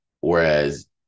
whereas